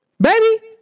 baby